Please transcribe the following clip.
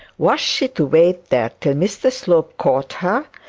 was she to wait there till mr slope caught her,